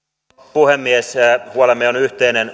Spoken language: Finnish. puhemies huolemme valtion velkaantumisesta on yhteinen